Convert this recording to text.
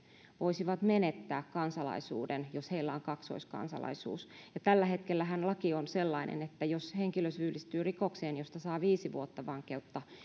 voisivat menettää kansalaisuuden jos heillä on kaksoiskansalaisuus tällä hetkellähän laki on sellainen että jos henkilö syyllistyy rikokseen josta saa viisi vuotta vankeutta